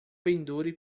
pendure